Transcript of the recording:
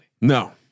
No